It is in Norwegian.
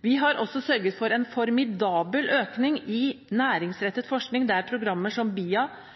Vi har også sørget for en formidabel økning i